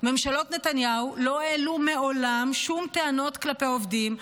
ממשלות נתניהו לא העלו מעולם שום טענות כלפי העובדים,